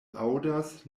aŭdas